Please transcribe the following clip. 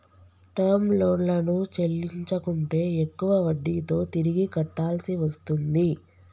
term లోన్లను చెల్లించకుంటే ఎక్కువ వడ్డీతో తిరిగి కట్టాల్సి వస్తుంది